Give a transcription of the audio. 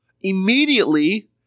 immediately